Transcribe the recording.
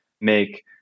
make